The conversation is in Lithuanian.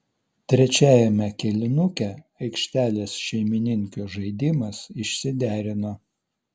trečiajame kėlinuke aikštelės šeimininkių žaidimas išsiderino